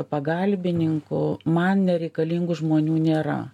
pagalbininkų man nereikalingų žmonių nėra